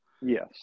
Yes